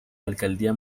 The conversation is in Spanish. alcaldía